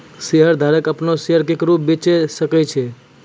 शेयरधारक अपनो शेयर केकरो बेचे सकै छै